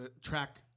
track